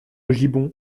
gibbon